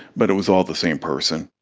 but it was all the same person.